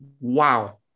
Wow